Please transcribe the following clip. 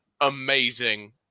amazing